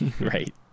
Right